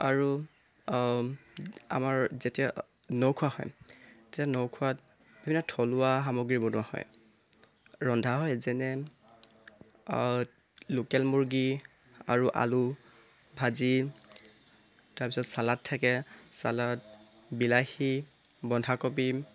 আৰু আমাৰ যেতিয়া ন খোৱা হয় তেতিয়া ন খোৱাত বিভিন্ন থলুৱা সামগ্ৰী বনোৱা হয় ৰন্ধা হয় যেনে লোকেল মুৰ্গী আৰু আলু ভাজি তাৰ পাছত ছালাড থাকে ছালাড বিলাহী বন্ধাকবি